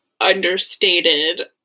understated